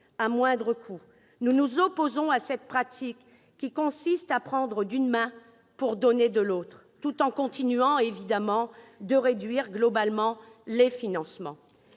à moindre coût et nous nous opposons à la pratique qui consiste à prendre d'une main pour donner de l'autre, tout en continuant à restreindre globalement les crédits.